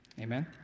Amen